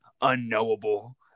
unknowable